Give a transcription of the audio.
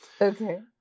Okay